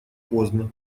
поздно